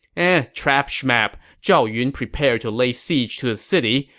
and trap schmap. zhao yun prepared to lay siege to the city,